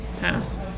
Pass